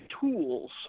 tools